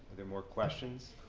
there more questions?